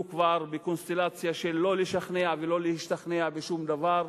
הוא כבר בקונסטלציה של לא לשכנע ולא להשתכנע בשום דבר,